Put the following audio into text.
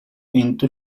into